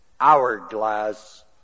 hourglass